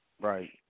Right